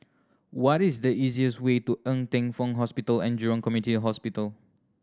what is the easiest way to Ng Teng Fong Hospital And Jurong Community Hospital